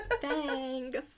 thanks